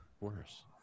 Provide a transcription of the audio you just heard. Worse